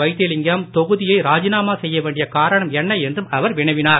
வைத்திலிங்கம் தொகுதியை ராஜிநாமா செய்யவெண்டிய காரணம் என்ன என்றும் அவர் வினவினார்